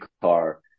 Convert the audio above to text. car